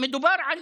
מדובר על